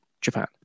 Japan